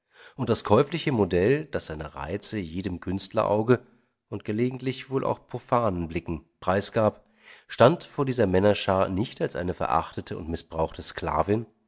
und das käufliche modell das seine reize jedem künstlerauge und gelegentlich wohl auch profanen blicken preisgab stand vor dieser männerschar nicht als eine verachtete und mißbrauchte sklavin